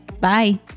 Bye